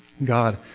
God